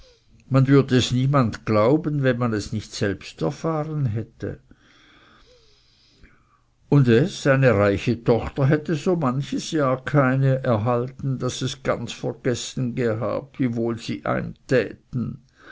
man wurde es niemand glauben wenn man es nicht selbst erfahren täte und es eine reiche tochter hätte so manches jahr keine er halten daß es ganz vergessen gehabt wie wohl sie eim täten